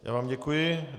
Já vám děkuji.